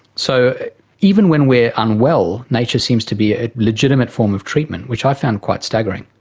so even when we are unwell, nature seems to be a legitimate form of treatment, which i found quite staggering.